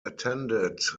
attended